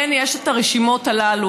כן, יש רשימות כאלה.